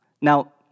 Now